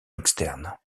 externe